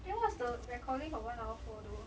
then what's the recording for one hour for though